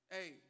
Hey